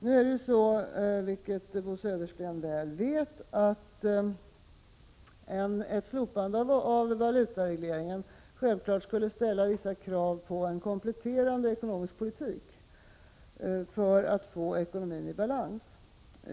Bo Södersten vet mycket väl att ett slopande av valutaregleringen självfallet skulle ställa vissa krav på en kompletterande ekonomisk politik för att få ekonomin i balans.